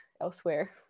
elsewhere